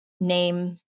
name